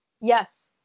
Yes